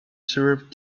serve